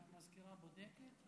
המזכירה בודקת.